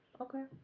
Okay